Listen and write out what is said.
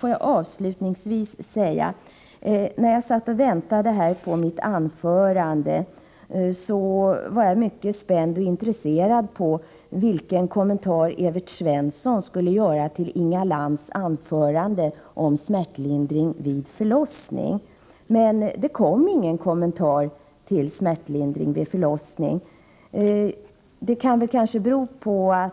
Jag vill avslutningsvis säga, att när jag väntade på att få hålla mitt anförande var jag mycket spänd på och intresserad av att höra vilken kommentar Evert Svensson skulle göra till Inga Lantz anförande om smärtlindring vid förlossning. Det kom emellertid ingen kommentar. Det kanske berodde på